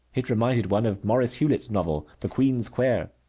it reminded one of maurice hewlett's novel the queen's quair.